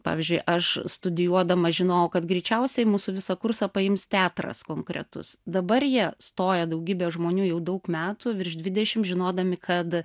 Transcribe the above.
pavyzdžiui aš studijuodama žinojau kad greičiausiai mūsų visą kursą paims teatras konkretus dabar jie stoja daugybė žmonių jau daug metų virš dvidešim žinodami kad